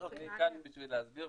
אוקיי, אני כאן בשביל להסביר.